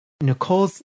Nicole's